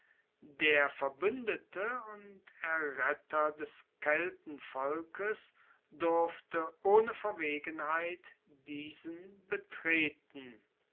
der verbuendete und erretter des keltenvolkes durfte ohne verwegenheit diesen betreten